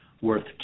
worth